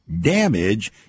damage